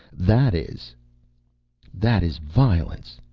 that is that is violence,